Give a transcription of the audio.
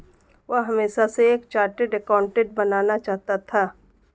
वह हमेशा से एक चार्टर्ड एकाउंटेंट बनना चाहता था